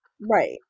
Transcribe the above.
Right